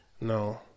No